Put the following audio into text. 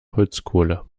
holzkohle